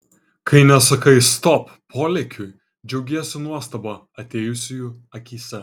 kai nesakai stop polėkiui džiaugiesi nuostaba atėjusiųjų akyse